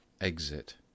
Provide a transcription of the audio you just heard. exit